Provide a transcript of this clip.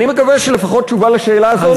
אני מקווה שלפחות תשובה לשאלה הזאת נמצא.